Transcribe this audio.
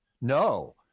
No